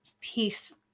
peace